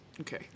Okay